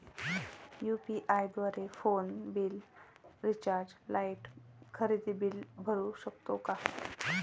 UPI द्वारे phone bill, recharge, light, खरेदी bill भरू शकतो का?